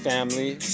Family